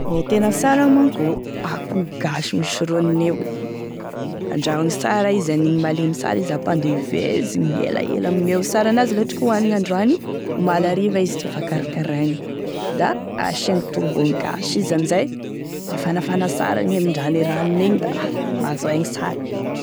Gne tena sara manko akoho gasy misy ronony io andrahoagny sara izy hanigny malemy sara izy da hampandevezigny elaela amigneo sara an'azy la ohatry ka hoanigny androany omaly hariva izy defa karakaraigny da asiagny tongolo gasy izy amin'izay mafanafana sara gne mindrano e ranony igny da ah mahazo aigny sara.